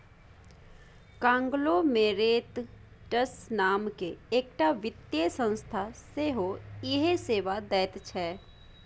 conglomerates नामकेँ एकटा वित्तीय संस्था सेहो इएह सेवा दैत छै